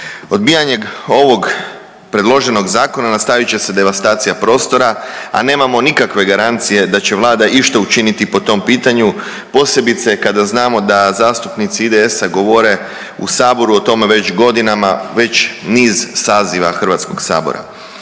Odbijanjem ovog predloženog zakona nastavit će se devastacija prostora, a nemamo nikakve garancije da će Vlada išta učiniti po tom pitanju posebice kada znamo da zastupnici IDS-a govore u saboru o tome već godinama, već niz saziva Hrvatskog sabora.